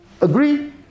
Agree